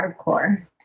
hardcore